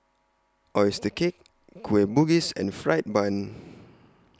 Oyster Cake Kueh Bugis and Fried Bun